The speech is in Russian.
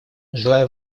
желаю